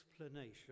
explanation